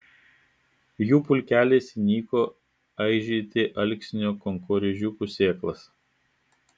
jų pulkelis įniko aižyti alksnio kankorėžiukų sėklas